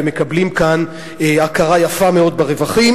והם מקבלים כאן הכרה יפה מאוד ברווחים,